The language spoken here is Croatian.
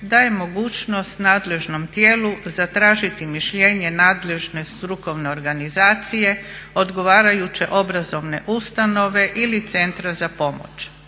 daje mogućnost nadležnom tijelu zatražiti mišljenje nadležne strukovne organizacije, odgovarajuće obrazovne ustanove ili centra za pomoć.